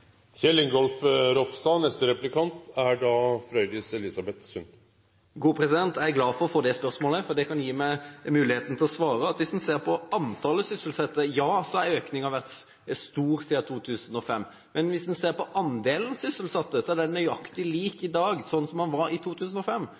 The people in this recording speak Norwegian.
Jeg er glad for å få det spørsmålet, for det kan gi meg muligheten til å svare at hvis en ser på antallet sysselsatte, ja, så har økningen vært stor siden 2005. Men hvis en ser på andelen sysselsatte, er den nøyaktig lik